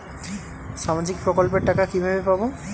সামাজিক প্রকল্পের টাকা কিভাবে পাব?